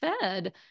fed